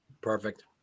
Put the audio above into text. perfect